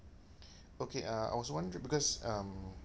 okay uh I was wondering because um